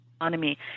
economy